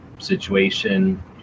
situation